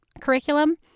curriculum